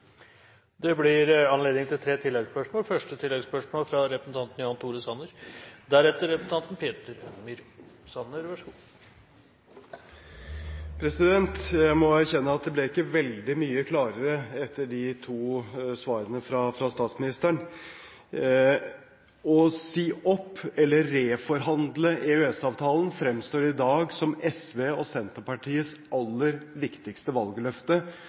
Det blir anledning til tre oppfølgingsspørsmål – først Jan Tore Sanner. Jeg må erkjenne at det ikke ble veldig mye klarere etter de to svarene fra statsministeren. Å si opp eller reforhandle EØS-avtalen fremstår i dag som SVs og Senterpartiets aller viktigste valgløfte